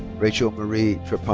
rachel marie